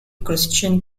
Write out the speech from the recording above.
christian